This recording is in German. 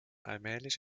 allmählich